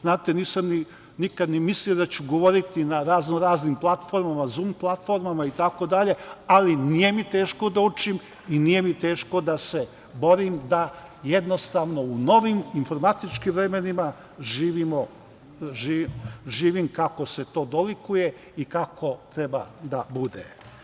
Znate, nisam nikad ni mislio da ću govoriti na raznoraznim platformama, Zum platformama itd, ali nije mi teško da učim i nije mi teško da se borim da jednostavno u novim informatičkim vremenima, živim kako se to dolikuje i kako treba da bude.